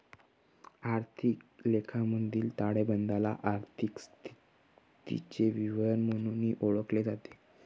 आर्थिक लेखामधील ताळेबंदाला आर्थिक स्थितीचे विवरण म्हणूनही ओळखले जाते